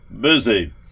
busy